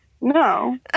no